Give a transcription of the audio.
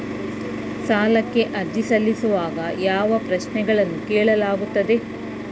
ಸಾಲಕ್ಕೆ ಅರ್ಜಿ ಸಲ್ಲಿಸುವಾಗ ಯಾವ ಪ್ರಶ್ನೆಗಳನ್ನು ಕೇಳಲಾಗುತ್ತದೆ?